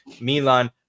Milan